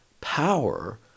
power